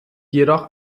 jedoch